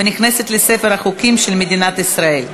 ונכנסת לספר החוקים של מדינת ישראל.